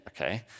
Okay